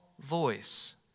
voice